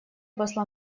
посла